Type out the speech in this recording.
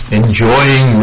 enjoying